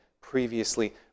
previously